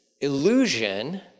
illusion